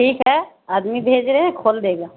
ٹھیک ہے آدمی بھیج رہے ہیں کھول دے گا